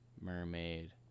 Mermaid